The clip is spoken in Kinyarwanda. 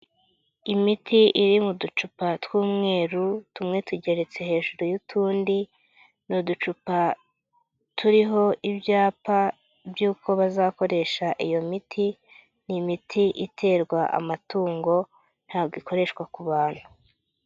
Imiti iri mu ducupa tw'umweru tumwe tugeretse hejuru y'utundi, ni uducupa turiho ibyapa by'uko bazakoresha iyo miti, ni imiti iterwa amatungo ntago ikoreshwa ku bantu.